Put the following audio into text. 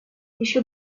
еще